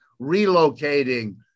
relocating